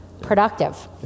productive